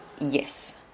Yes